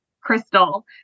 crystal